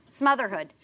Smotherhood